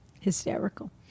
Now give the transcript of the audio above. Hysterical